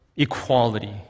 equality